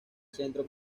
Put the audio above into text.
centro